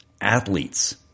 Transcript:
athletes